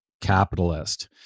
capitalist